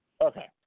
Okay